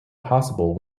possible